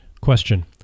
Question